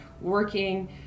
working